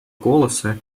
голоса